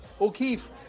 O'Keefe